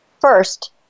First